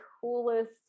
coolest